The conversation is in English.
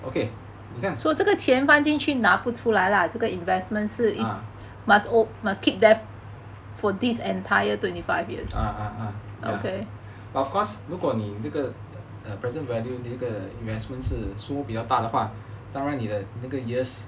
okay 你看 ah ya but of course 如果你这个 the present value 这个 investments 是输比较大的话当然你的那个 years